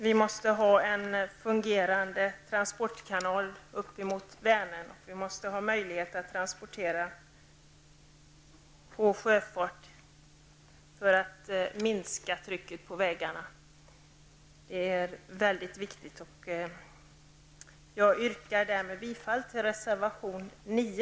Vi måste ha en fungerande transportkanal upp mot Vänern samt öka sjötransporterna för att minska trycket på vägarna. Det är mycket viktigt. Fru talman! Med detta yrkar jag bifall till reservation 9.